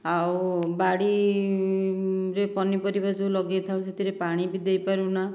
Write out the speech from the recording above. ଆଉ ବାଡ଼ିରେ ପନିପରିବା ଯେଉଁ ଲଗାଇଥାଉ ସେଥିରେ ପାଣି ବି ଦେଇପାରୁନା